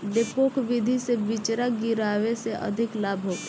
डेपोक विधि से बिचरा गिरावे से अधिक लाभ होखे?